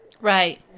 Right